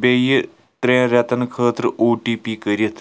بییٚہِ ترٛٮ۪ن رٮ۪تن خٲطرٕ او ٹی پی کٔرِتھ